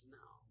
now